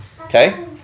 Okay